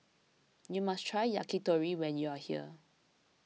you must try Yakitori when you are here